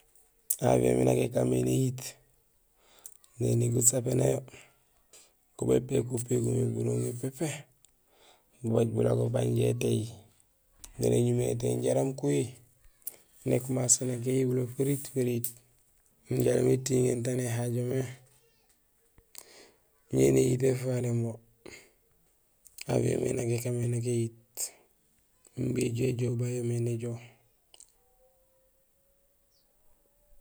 Avion miin nak ékaan mé néyiit: néni gasapéné yo, go bépéék upégum yo burooŋ wo pépé, babaaj bulago banja étééy, naan éñumé étééy jaraam kuhi, nékumasé nak iyibulo feriit feriit jaraam étiŋéén taan éhajomé, ñé néyiit éfaléén bo. Avion mé nak ékaan mé nak éyiit imbi éju éjoow baan yoomé néjoow.